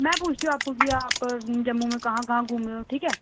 मैं पूछती हूं आपको की आप जम्मू में कहां कहां घूमे हो ठीक ऐ